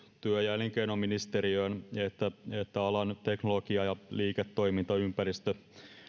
työ ja elinkeinoministeriöön että alan teknologia ja liiketoimintaympäristö